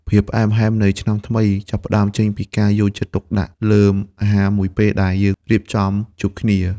ភាពផ្អែមល្ហែមនៃឆ្នាំថ្មី ចាប់ផ្ដើមចេញពីការយកចិត្តទុកដាក់លើអាហារមួយពេលដែលយើងរៀបចំជួបគ្នា។